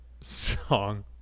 song